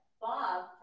Bob